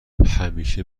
همیشه